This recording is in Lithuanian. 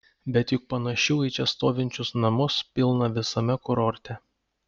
bet juk panašių į čia stovinčius namus pilna visame kurorte